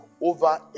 over